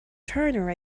turner